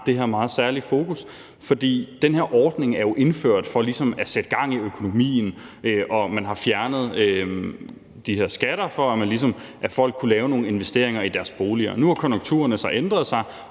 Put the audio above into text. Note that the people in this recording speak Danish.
meget særlige fokus, for den her ordning er jo indført for ligesom at sætte gang i økonomien, og man har fjernet de her skatter, for at folk kunne lave nogle investeringer i deres boliger. Nu har konjunkturerne så ændret sig,